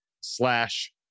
slash